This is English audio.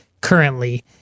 currently